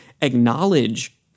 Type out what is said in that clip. acknowledge